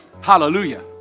Hallelujah